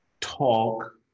talk